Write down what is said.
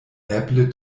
eble